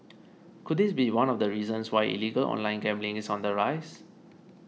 could this be one of the reasons why illegal online gambling is on the rise